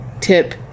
tip